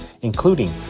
including